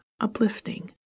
uplifting